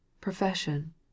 profession